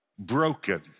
Broken